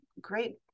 great